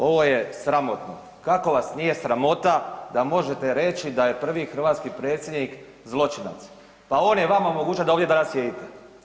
Ovo je sramotno, kako vas nije sramota da možete reći da je prvi hrvatski predsjednik zločinac, pa on je vama omogućio da ovdje danas sjedite.